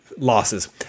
losses